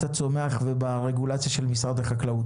הצומח וברגולציה של משרד החקלאות,